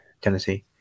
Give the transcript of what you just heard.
Tennessee